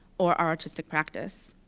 or our artistic practice.